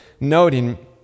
noting